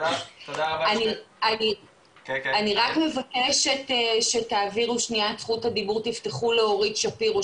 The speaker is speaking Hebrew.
אני רק מבקשת שתעבירו את זכות הדיבור לאורית שפירו,